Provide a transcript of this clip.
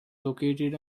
located